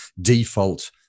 default